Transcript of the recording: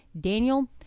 Daniel